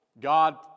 God